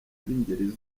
b’ingeri